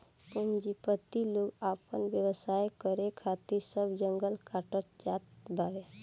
पूंजीपति लोग आपन व्यवसाय करे खातिर सब जंगल काटत जात बावे